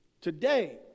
Today